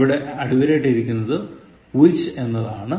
ഇവിടെ അടിവരയിട്ടിരിക്കുന്നത് Which എന്നതാണ്